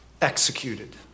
executed